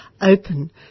open